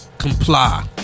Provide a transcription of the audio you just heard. comply